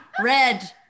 red